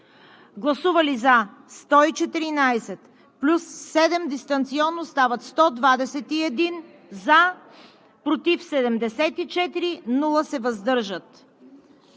гласували: за 114 плюс 7 дистанционно – стават 121, против 74, въздържали